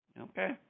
Okay